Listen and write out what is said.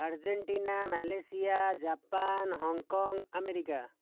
Argentina Malaysia Japan Hong Kong America